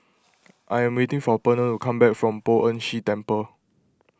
I am waiting for Pernell to come back from Poh Ern Shih Temple